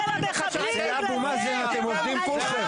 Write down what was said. אצל אבו מאזן אתם עובדים כולכם,